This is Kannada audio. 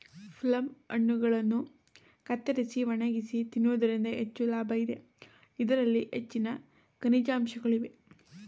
ಪ್ಲಮ್ ಹಣ್ಣುಗಳನ್ನು ಕತ್ತರಿಸಿ ಒಣಗಿಸಿ ತಿನ್ನುವುದರಿಂದ ಹೆಚ್ಚು ಲಾಭ ಇದೆ, ಇದರಲ್ಲಿ ಹೆಚ್ಚಿನ ಖನಿಜಾಂಶಗಳು ಇವೆ